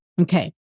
Okay